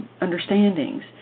understandings